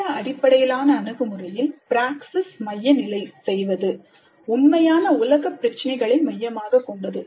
திட்ட அடிப்படையிலான அணுகுமுறையில் Praxis மைய நிலை செய்வது உண்மையான உலக பிரச்சினைகளை மையமாகக் கொண்டது